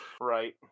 Right